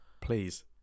Please